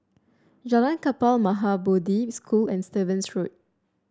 Jalan Kapal Maha Bodhi School and Stevens Road